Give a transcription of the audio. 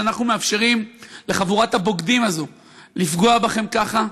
שאנחנו מאפשרים לחבורת הבוגדים הזאת לפגוע בכם ככה.